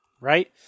right